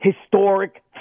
historic